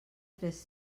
tres